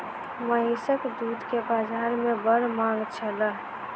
महीसक दूध के बाजार में बड़ मांग छल